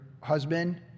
husband